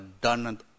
done